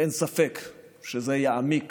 ואין ספק שזה יעמיק